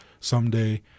someday